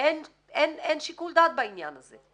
בעניין הזה.